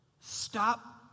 Stop